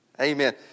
Amen